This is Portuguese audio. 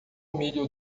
milho